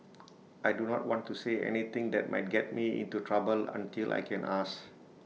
I do not want to say anything that might get me into trouble until I can ask